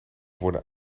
worden